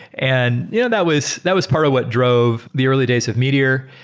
and you know that was that was part of what drove the early days of meteor.